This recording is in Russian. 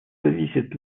зависит